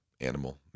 Animal